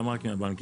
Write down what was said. למה רק מהבנקים?